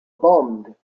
bombed